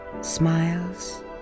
smiles